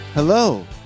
Hello